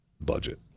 budget